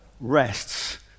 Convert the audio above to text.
rests